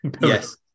Yes